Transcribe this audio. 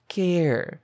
care